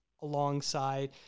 alongside